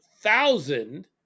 thousand